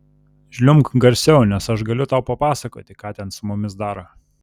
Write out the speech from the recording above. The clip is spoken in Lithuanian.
žliumbk garsiau nes aš galiu tau papasakoti ką ten su mumis daro